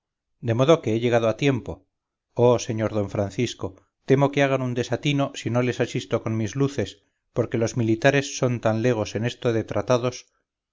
de modo que he llegado a tiempo oh sr d francisco temo que hagan un desatino si no les asisto con mis luces porque los militares son tan legos en esto de tratados